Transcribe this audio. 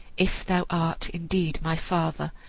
if thou art indeed my father,